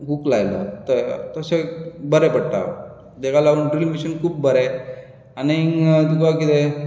हूक लायलो तशें बऱ्याक पडटा तेका लागून ड्रील मॅशीन खूब बरें आनीक तुका कितें